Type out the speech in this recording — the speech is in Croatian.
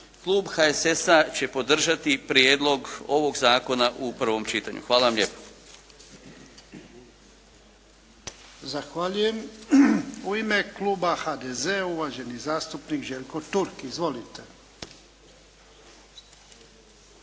klub HSS-a će podržati prijedlog ovog zakona u prvom čitanju. Hvala vam lijepo. **Jarnjak, Ivan (HDZ)** Zahvaljujem. U ime kluba HDZ-a uvaženi zastupnik Željko Turk. Izvolite. **Turk,